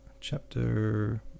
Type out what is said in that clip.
Chapter